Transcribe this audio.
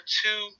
two